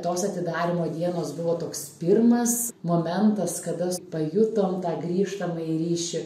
tos atidarymo dienos buvo toks pirmas momentas kada pajutom tą grįžtamąjį ryšį